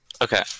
Okay